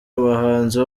abahanzi